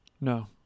No